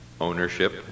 ownership